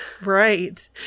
Right